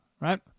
right